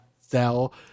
sell